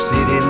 City